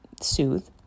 soothe